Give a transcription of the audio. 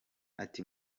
ati